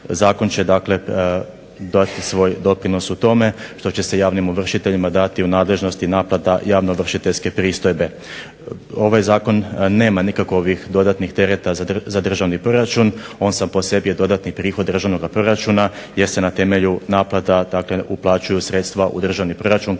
Zakon će dakle dati svoj doprinos u tome što će se javnim ovršiteljima dati u nadležnosti naplata javne ovršiteljske pristojbe. Ovaj zakon nema nikakvih dodatnih tereta za državni proračun, on sam po sebi je dodatni prihod državnoga proračuna jer se na temelju naplata dakle uplaćuju sredstva u državni proračun.